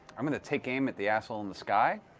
i'm going to take aim at the asshole in the sky,